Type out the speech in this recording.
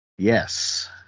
yes